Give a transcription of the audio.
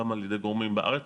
גם על ידי גורמים בארץ,